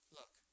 look